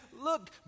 look